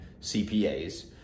CPAs